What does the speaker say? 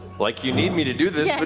like you need me to do this, yeah but